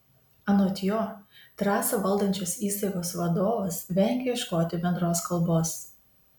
anot jo trasą valdančios įstaigos vadovas vengia ieškoti bendros kalbos